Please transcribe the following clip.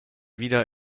wieder